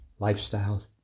lifestyles